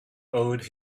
owed